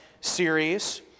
series